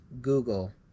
Google